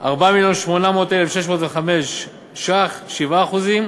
4 מיליון ו-800,605 ש"ח, 7%;